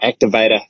activator